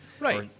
right